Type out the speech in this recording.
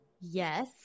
Yes